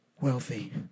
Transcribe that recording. Wealthy